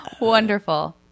wonderful